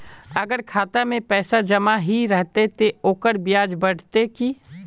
अगर खाता में पैसा जमा ही रहते ते ओकर ब्याज बढ़ते की?